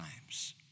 times